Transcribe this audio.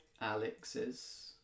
Alex's